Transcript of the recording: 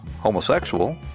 homosexual